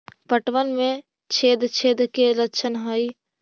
पतबन में छेद छेद के लक्षण का हइ?